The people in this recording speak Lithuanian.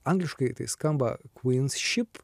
angliškai tai skamba kvyn šip